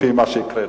לפי מה שהקראנו.